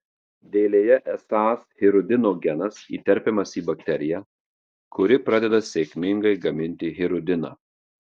dėlėje esąs hirudino genas įterpiamas į bakteriją kuri pradeda sėkmingai gaminti hirudiną